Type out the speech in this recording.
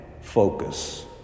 focus